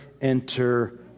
enter